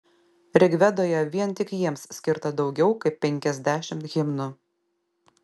rigvedoje vien tik jiems skirta daugiau kaip penkiasdešimt himnų